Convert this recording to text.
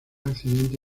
accidente